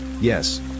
Yes